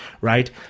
right